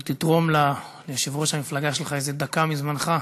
אולי תתרום ליושב-ראש המפלגה שלך איזו דקה מזמנך.